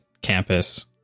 campus